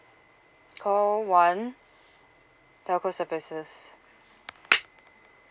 call one telco services